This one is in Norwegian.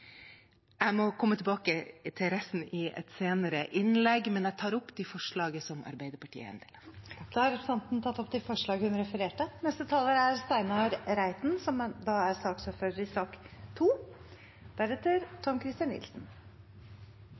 Jeg må komme tilbake til resten i et senere innlegg, men jeg tar opp de forslagene Arbeiderpartiet er en del av. Representanten Åsunn Lyngedal har tatt opp de forslagene hun refererte til. Vi behandler i dag Meld. St. 10 og Dokument 8:138 S samlet. Som saksordfører